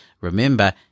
Remember